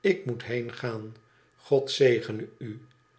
ik moet heengaan god zegene u